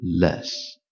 less